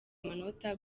amanota